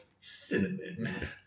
cinnamon